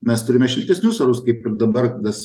mes turime šiltesnius orus kaip ir dabar tas